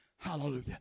Hallelujah